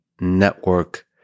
network